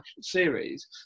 series